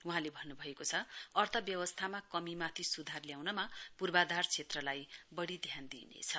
वहाँले भन्नुभएको छ अर्थव्यवस्थामा कमीमाथि सुधार ल्याउनमा पूर्वाधार क्षेत्रलाई वढ़ी ध्यान दिइनेछ